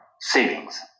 savings